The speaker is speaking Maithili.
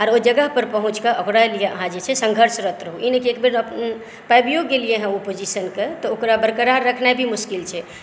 ओहि जगह पर पहुँचके ओकरा लेल अहाँ जे छै से संघर्षरत रहू ई नहि की एक बेर पाबियो गेलियै ओ पोजिशन के तऽ ओकरा बरकरार रखनाइ भी मुश्किल छै